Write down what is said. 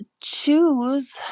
choose